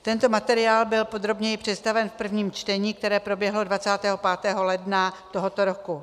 Tento materiál byl podrobněji představen v prvním čtení, které proběhlo 25. ledna tohoto roku.